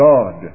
God